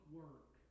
work